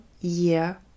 year